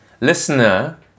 Listener